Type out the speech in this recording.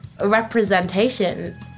representation